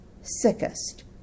sickest